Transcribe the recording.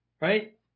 right